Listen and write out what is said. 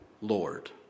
Lord